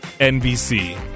NBC